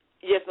Yes